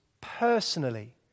personally